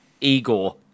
Igor